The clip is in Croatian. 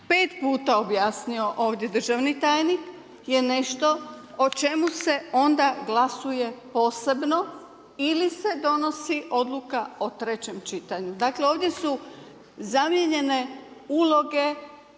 5 puta objasnio ovdje državni tajnik, je nešto o čemu se onda glasuje posebno ili se donosi odluka o trećem čitanju. Dakle, ovdje su zamijenjene uloge